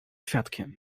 świadkiem